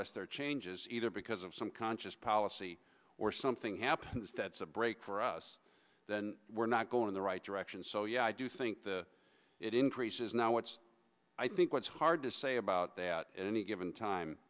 less there are changes either because of some conscious policy or something happens that's a break for us then we're not going in the right direction so yeah i do think the it increases now it's i think what's hard to say about that at any